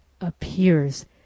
appears